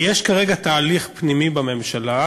יש כרגע תהליך פנימי בממשלה,